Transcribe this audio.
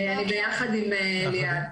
אני ביחד עם ליאת.